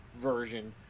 version